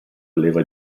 leva